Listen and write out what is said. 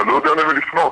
אתה לא יודע למי לפנות.